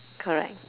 correct